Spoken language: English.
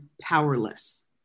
powerless